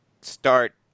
start